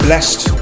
Blessed